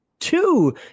Two